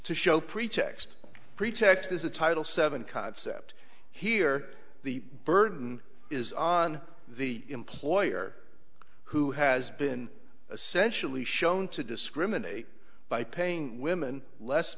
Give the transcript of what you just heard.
to show pretext pretext is a title seven concept here the burden is on the employer who has been essentially shown to discriminate by paying women less